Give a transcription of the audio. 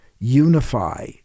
unify